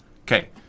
Okay